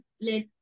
let